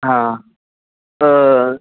हां तर